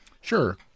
Sure